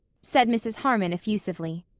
said mrs. harmon effusively.